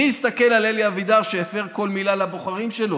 מי הסתכל על אלי אבידר, שהפר כל מילה לבוחרים שלו?